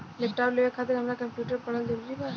Laptop लेवे खातिर हमरा कम्प्युटर पढ़ल जरूरी बा?